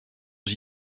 aux